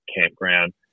campground